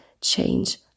change